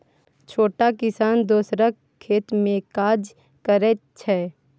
छोट किसान दोसरक खेत मे काज करैत छै